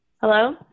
Hello